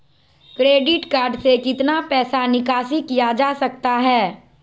Credit card से कितना पैसा निकासी किया जा सकता है?